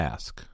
Ask